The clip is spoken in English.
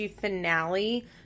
finale